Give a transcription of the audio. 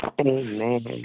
Amen